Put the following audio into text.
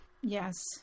Yes